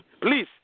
Please